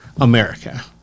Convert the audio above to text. America